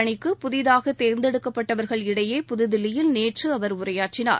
பணிக்கு புதிதாக தேர்ந்தெடுக்கப்பட்டவர்கள் இடையே புதுதில்லியில் நேற்று அவர் உரையாற்றினார்